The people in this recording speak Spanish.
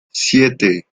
siete